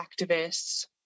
activists